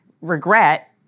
regret